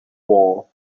war